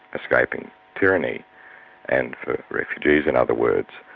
escaping tyranny and for refugees, in other words.